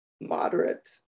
moderate